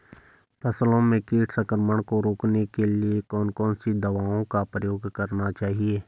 फसलों में कीट संक्रमण को रोकने के लिए कौन कौन सी दवाओं का उपयोग करना चाहिए?